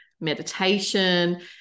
meditation